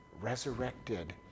resurrected